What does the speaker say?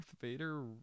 Vader